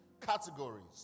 categories